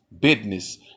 business